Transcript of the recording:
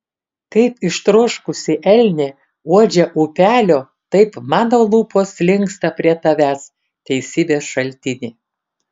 kaip ištroškusi elnė uodžia upelio taip mano lūpos linksta prie tavęs teisybės šaltini